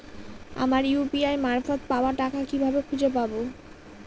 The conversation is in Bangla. আমার ইউ.পি.আই মারফত পাওয়া টাকা কিভাবে খুঁজে পাব?